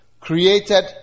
created